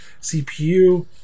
CPU